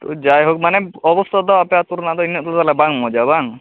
ᱡᱟᱭᱦᱳᱠ ᱢᱟᱱᱮ ᱚᱵᱚᱥᱛᱟ ᱫᱚ ᱟᱯᱮ ᱟᱹᱛᱩ ᱨᱮᱱᱟᱜ ᱫᱚ ᱤᱱᱟᱹᱜ ᱫᱚ ᱛᱟᱦᱚᱞᱮ ᱵᱟᱝ ᱢᱚᱡᱟ ᱵᱟᱝ